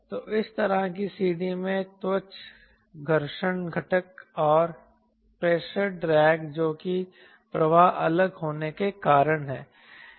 तो इस तरह की CD में त्वचा घर्षण घटक और प्रेशर ड्रैग जो कि प्रवाह अलग होने के कारण है